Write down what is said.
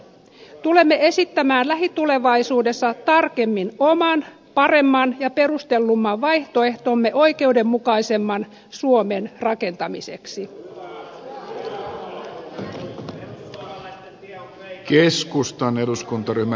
tulemme esittämään lähitulevaisuudessa tarkemmin oman paremman ja perustellumman vaihtoehtomme oikeudenmukaisemman suomen rakentamiseksi